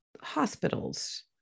Hospitals